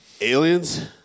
Aliens